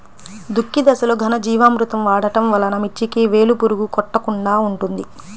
దుక్కి దశలో ఘనజీవామృతం వాడటం వలన మిర్చికి వేలు పురుగు కొట్టకుండా ఉంటుంది?